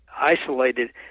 isolated